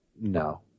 no